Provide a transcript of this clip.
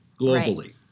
globally